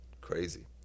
Crazy